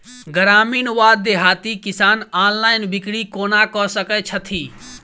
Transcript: ग्रामीण वा देहाती किसान ऑनलाइन बिक्री कोना कऽ सकै छैथि?